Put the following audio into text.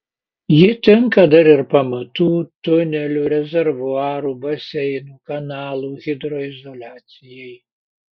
ji tinka dar ir pamatų tunelių rezervuarų baseinų kanalų hidroizoliacijai